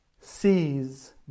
sees